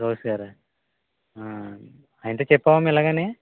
గౌస్ గారా ఆయనతో చెప్పావా అమ్మా ఇలాగని